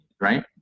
right